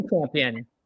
champion